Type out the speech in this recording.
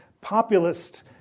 populist